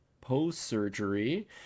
post-surgery